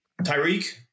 Tyreek